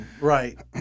right